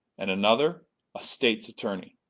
and another a state's attorney.